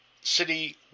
city